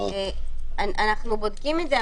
אנחנו בודקים את זה,